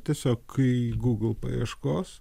tiesiog į google paieškos